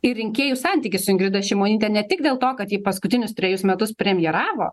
ir rinkėjų santykis su ingrida šimonyte ne tik dėl to kad ji paskutinius trejus metus premjeravo